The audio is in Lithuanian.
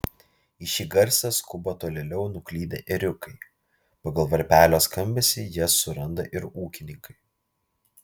į šį garsą skuba tolėliau nuklydę ėriukai pagal varpelio skambesį jas suranda ir ūkininkai